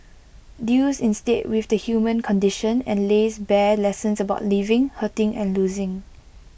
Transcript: deals instead with the human condition and lays bare lessons about living hurting and losing